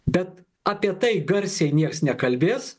bet apie tai garsiai niekas nekalbės